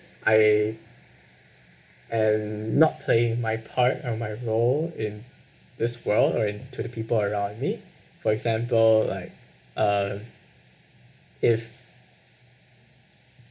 I am not playing my part or my role in this well or in to the people around me for example like um if